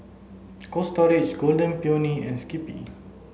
Cold Storage Golden Peony and Skippy